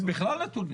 אין בכלל נתונים.